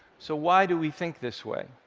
so why do we think this way?